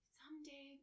someday